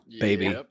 baby